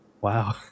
wow